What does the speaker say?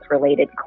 related